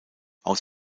aus